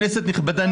כנסת נכבדה,